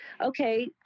okay